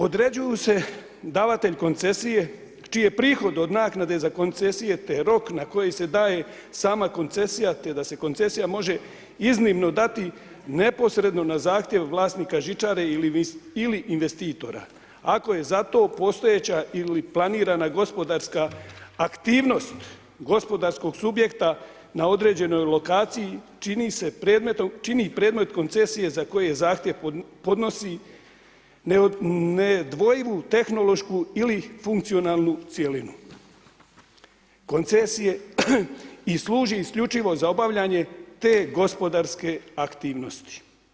Određuju se davatelj koncesije čiji prihod od naknade za koncesije te rok na koji se daje sama koncesija te da se koncesija može iznimno dati neposredno na zahtjev vlasnika žičare ili investitora ako je za to postojeća ili planirana gospodarska aktivnost gospodarskog subjekta na određenoj lokaciji čini predmet koncesije za koji zahtjev podnosi nedvojivu tehnološku ili funkcionalnu cjelinu, koncesije i služi isključivo za obavljanje te gospodarske aktivnosti.